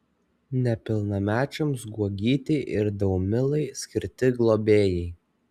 nepilnamečiams guogytei ir daumilai skirti globėjai